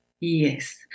Yes